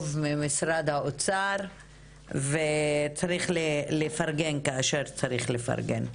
ממשרד האוצר וצריך לפרגן כאשר צריך לפרגן.